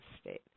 state